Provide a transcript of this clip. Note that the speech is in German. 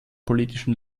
politischen